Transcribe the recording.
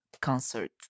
concert